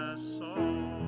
ah so